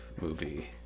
movie